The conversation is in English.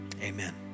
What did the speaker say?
Amen